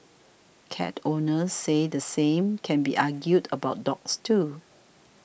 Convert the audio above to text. cat owners say the same can be argued about dogs too